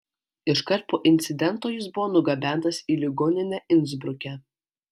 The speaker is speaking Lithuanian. iškart po incidento jis buvo nugabentas į ligoninę insbruke